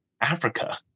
Africa